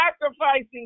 sacrificing